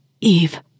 Eve